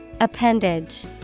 Appendage